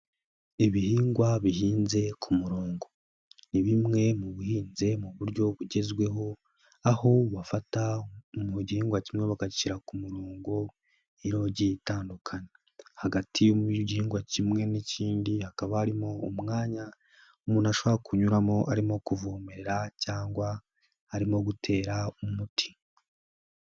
Ibihingwa bihinze ku murongo. Ni bimwe mu bihinzi mu buryo bugezweho aho bafata mu mugihingwa kimwe bakagishyira ku murongo ino igiye itandukana, hagati y'igihingwa kimwe n'ikindi hakaba harimo umwanya umuntu ashobora kunyuramo arimo kuvomera cyangwa arimo gutera umuti.